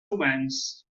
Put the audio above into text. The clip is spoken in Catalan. humans